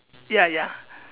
ya ya